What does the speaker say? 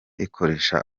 ikoresha